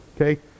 okay